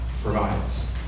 provides